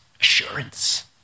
assurance